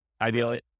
ideally